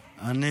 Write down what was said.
מי?